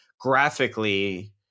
graphically